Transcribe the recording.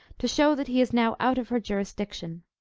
to show that he is now out of her jurisdiction.